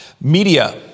Media